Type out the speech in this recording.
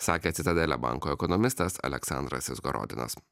sakė citadele banko ekonomistas aleksandras izgorodinas